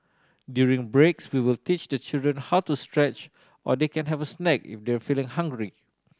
during breaks we will teach the children how to stretch or they can have a snack if they're feeling hungry